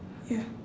ya